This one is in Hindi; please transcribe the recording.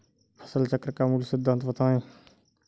फसल चक्र का मूल सिद्धांत बताएँ?